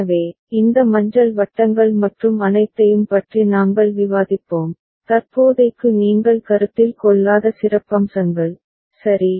எனவே இந்த மஞ்சள் வட்டங்கள் மற்றும் அனைத்தையும் பற்றி நாங்கள் விவாதிப்போம் தற்போதைக்கு நீங்கள் கருத்தில் கொள்ளாத சிறப்பம்சங்கள் சரி